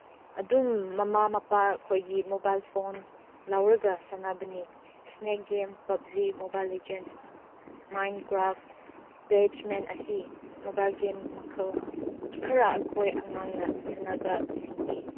ꯑꯗꯨꯝ ꯃꯃꯥ ꯃꯄꯥꯈꯣꯏꯒꯤ ꯃꯣꯕꯥꯏꯜ ꯐꯣꯟ ꯂꯧꯔꯒ ꯁꯥꯟꯅꯕꯅꯤ snake game PUBG mobile legend Minecraft ꯄꯦꯠꯁꯃꯦꯟ ꯑꯁꯤ ꯃꯣꯕꯥꯏꯜ ꯒꯦꯝ ꯃꯈꯜ ꯈꯔ ꯑꯩꯈꯣꯏ ꯑꯉꯥꯡꯅ ꯁꯥꯟꯅꯕꯁꯤꯡꯅꯤ